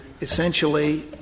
essentially